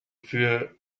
für